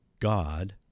god